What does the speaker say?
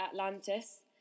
Atlantis